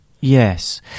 Yes